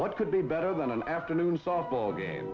what could be better than an afternoon softball game